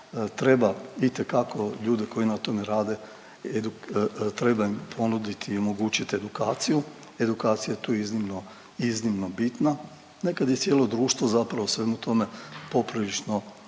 treba itekako ljude koji na tome rade, treba im ponuditi i omogućit edukaciju. Edukacija je tu iznimno, iznimno bitna. Nekad je cijelo društvo zapravo o svemu tome poprilično,